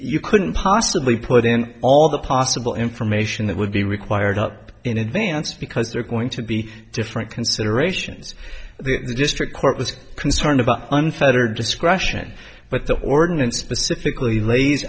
you couldn't possibly put in all the possible information that would be required up in advance because they're going to be different considerations the district court was concerned about unfettered discretion but the ordinance specifically lays